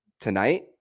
Tonight